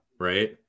Right